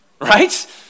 right